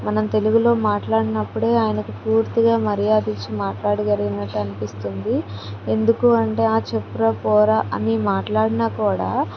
మనం తెలుగులో మాట్లాడినప్పుడే ఆయనకి పూర్తిగా మర్యాద ఇచ్చి మాట్లాడగలిగినట్టు అనిపిస్తుంది ఎందుకు అంటే ఆ చెప్పురా పోరా అని మాట్లాడినా కూడా